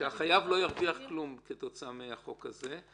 שהחייב לא ירוויח כלום כתוצאה מהחוק הזה,